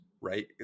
right